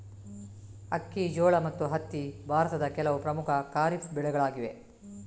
ಅಕ್ಕಿ, ಜೋಳ ಮತ್ತು ಹತ್ತಿ ಭಾರತದ ಕೆಲವು ಪ್ರಮುಖ ಖಾರಿಫ್ ಬೆಳೆಗಳಾಗಿವೆ